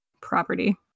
property